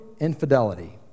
infidelity